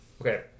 Okay